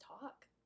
talk